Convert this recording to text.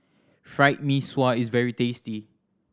Fried Mee Sua is very tasty